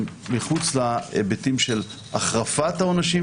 מחוץ להיבטים של החרפת העונשים,